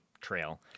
trail